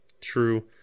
True